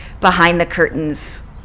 behind-the-curtains